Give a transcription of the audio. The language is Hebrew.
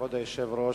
כבוד היושב-ראש,